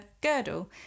girdle